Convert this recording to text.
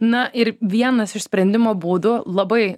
na ir vienas iš sprendimo būdų labai